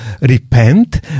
repent